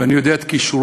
ואני מכיר את